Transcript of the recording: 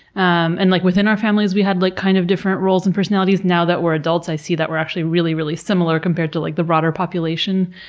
um and like within our families we had, like kind of, different roles and personalities. now that we are adults i see that we are actually really, really similar compared to like the broader population.